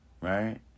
Right